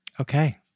Okay